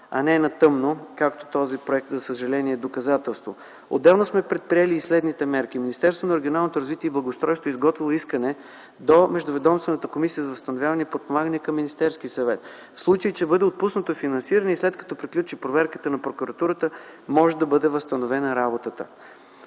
а не на тъмно. Този проект, за съжаление, е доказателство. Отделно сме предприели следните мерки. Министерството на регионалното развитие и благоустройството е изготвило искане до Междуведомствената комисия за възстановяване и подпомагане към Министерския съвет. В случай, че бъде отпуснато финансиране и след като приключи проверката на Прокуратурата, може да бъде възстановена работата.